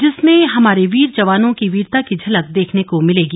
जिसमें हमारे वीर जवानों की वीरता की झलक देखने को मिलेगी